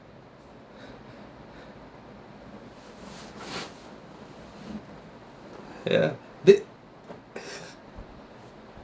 ya the